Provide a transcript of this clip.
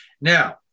Now